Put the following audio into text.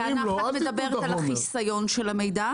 טענה אחת מדברת על החיסיון של המידע.